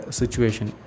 situation